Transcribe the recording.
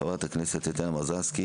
חברת הכנסת טטיאנה מזרסקי